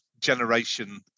Generation